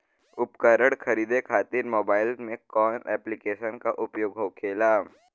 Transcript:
उपकरण खरीदे खाते मोबाइल में कौन ऐप्लिकेशन का उपयोग होखेला?